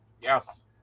Yes